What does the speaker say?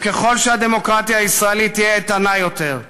וככל שהדמוקרטיה הישראלית תהיה איתנה יותר,